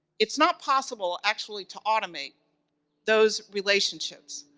it's not possible actually to automate those relationships,